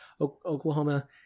Oklahoma